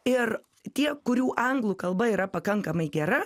ir tie kurių anglų kalba yra pakankamai gera